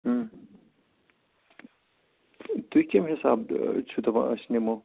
تُہۍ کَمہِ حِساب چھِو دپان أسۍ نِمو